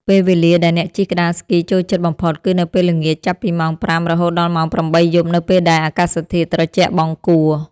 ពេលវេលាដែលអ្នកជិះក្ដារស្គីចូលចិត្តបំផុតគឺនៅពេលល្ងាច ចាប់ពីម៉ោង ៥ រហូតដល់ម៉ោង ៨ យប់ នៅពេលដែលអាកាសធាតុត្រជាក់បង្គួរ។